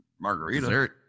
margarita